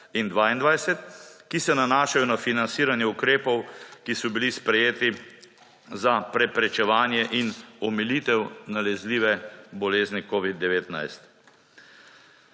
in 2022, ki se nanašajo na financiranje ukrepov, ki so bili sprejeti za preprečevanje in omilitev nalezljive bolezni covid-19.